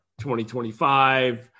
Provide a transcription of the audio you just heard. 2025